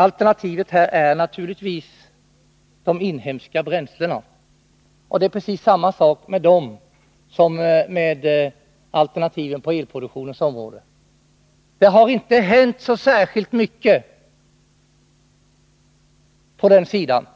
Alternativet är naturligtvis de inhemska bränslena. Det är precis samma sak med dem som med alternativen på elproduktionens område — det har inte hänt särskilt mycket på den sidan,